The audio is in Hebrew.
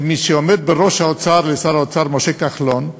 למי שעומד בראש האוצר, שר האוצר משה כחלון,